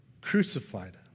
Crucified